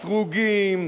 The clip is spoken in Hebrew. "סרוגים".